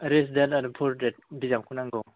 rich Dad Poor Dad बिजाबखौ नांगौ